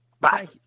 Bye